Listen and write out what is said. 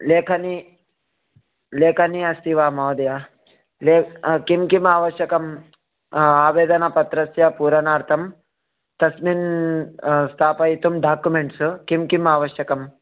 लेखनी लेखनी अस्ति वा महोदया किं किम् आवश्यकम् आवेदनपत्रस्य पुरणार्थं तस्मिन् स्थापयितुं डाकुमेण्ट्स् किं किम् आवश्यकम्